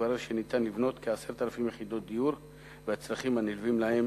התברר שניתן לבנות כ-10,500 יחידות דיור והצרכים הנלווים להן